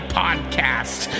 podcast